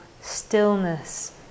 stillness